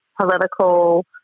political